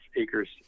acres